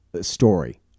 story